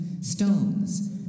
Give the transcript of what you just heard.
stones